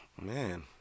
Man